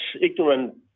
ignorant